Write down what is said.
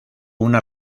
una